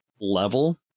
level